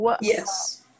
Yes